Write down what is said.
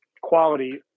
quality